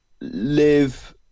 live